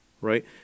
right